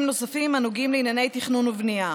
נוספים הנוגעים לענייני תכנון ובנייה.